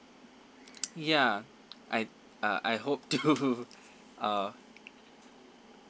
ya I uh I hope too uh